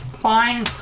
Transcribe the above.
Fine